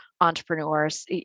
entrepreneurs